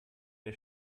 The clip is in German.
der